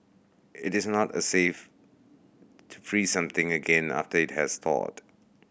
it is not a safe to freeze something again after it has thawed